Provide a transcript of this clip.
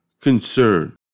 concern